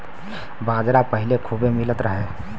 बाजरा पहिले खूबे मिलत रहे